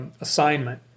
assignment